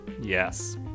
Yes